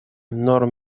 норм